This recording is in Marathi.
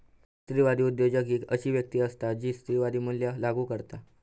स्त्रीवादी उद्योजक ही अशी व्यक्ती असता जी स्त्रीवादी मूल्या लागू करता